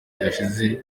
byashize